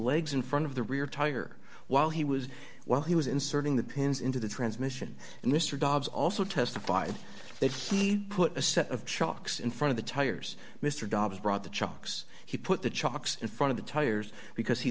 legs in front of the rear tire while he was while he was inserting the pins into the transmission and mr dobbs also testified that he put a set of chocks in front of the tires mr dobbs brought the chocks he put the chalks in front of the tires because he